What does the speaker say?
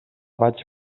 vaig